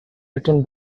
written